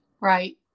right